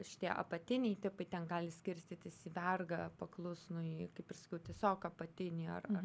šitie apatiniai tipai ten gali skirstytis į vergą paklusnųjį kaip ir sakiau tiesiog apatinį ar ar